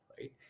right